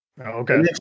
Okay